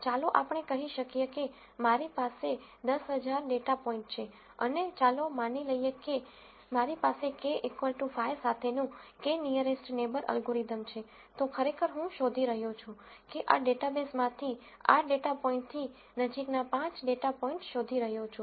ચાલો આપણે કહી શકીએ કે મારી પાસે 10000 ડેટા પોઇન્ટ છે અને ચાલો માની લઈએ કે મારી પાસે K 5 સાથેનું k નીઅરેસ્ટ નેબર એલ્ગોરિધમ છે તો ખરેખર હું શોધી રહ્યો છું કે આ ડેટબેઝ માંથી આ ડેટા પોઇન્ટથી નજીકના 5 ડેટા પોઇન્ટ્સ શોધી રહ્યો છું